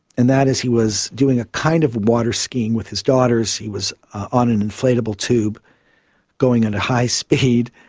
and that is he was doing a kind of waterskiing with his daughters, he was on an inflatable tube going at a high speed.